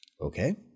Okay